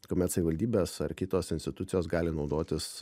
kuomet savivaldybės ar kitos institucijos gali naudotis